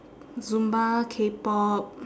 zumba K pop